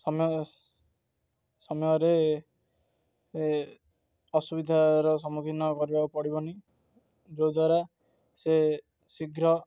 ସମୟ ସମୟରେ ଏ ଅସୁବିଧାର ସମ୍ମୁଖୀନ କରିବାକୁ ପଡ଼ିବନି ଯଦ୍ୱାରା ସେ ଶୀଘ୍ର